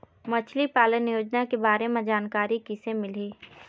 मछली पालन योजना के बारे म जानकारी किसे मिलही?